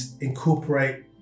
incorporate